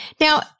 Now